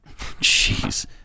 Jeez